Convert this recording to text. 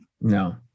No